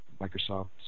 Microsoft